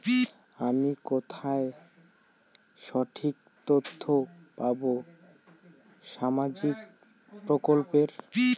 আমি কোথায় সঠিক তথ্য পাবো সামাজিক প্রকল্পের?